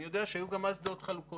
אני יודע שהיו גם אז דעות חלוקות.